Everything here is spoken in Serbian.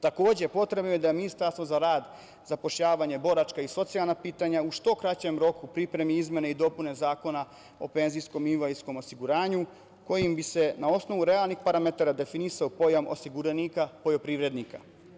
Takođe, potrebno je da Ministarstvo za rad, zapošljavanje, boračka i socijalna pitanja u što kraćem roku pripremi izmene i dopune Zakona o penzijskom i invalidskom osiguranju, kojim bi se na osnovu realnih parametara definisao pojam osiguranika, poljoprivrednika.